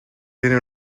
tiene